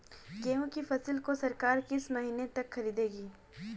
गेहूँ की फसल को सरकार किस महीने तक खरीदेगी?